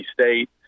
State